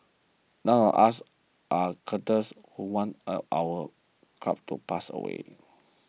none of us are Cuddles would want any of our cats to pass away